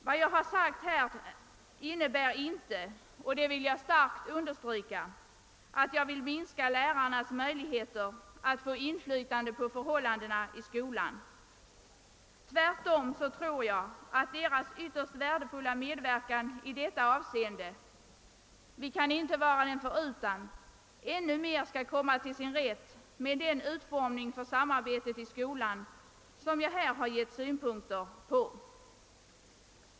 Vad jag har anfört här innebär inte — det vill jag kraftigt understryka — att jag vill minska lärarnas möjligheter att utöva inflytande på förhållandena i skolan. Tvärtom tror jag att deras ytterst värdefulla medverkan i detta avseende — vi kan inte vara den förutan — ännu mera skall komma till sin rätt med den utformning av samarbetet i skolan som jag nu har givit synpunkter på.